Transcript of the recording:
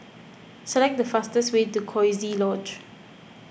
select the fastest way to Coziee Lodge